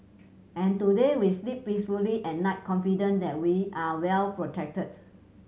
and today we sleep peacefully at night confident that we are well protected